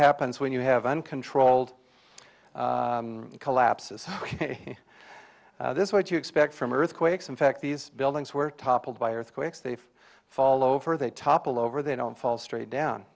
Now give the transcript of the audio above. happens when you have uncontrolled collapses this is what you expect from earthquakes in fact these buildings were toppled by earthquakes they fall over they topple over they don't fall straight down